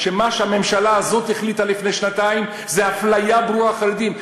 מה שהממשלה הזאת החליטה לפני שנתיים זה אפליה ברורה נגד החרדים.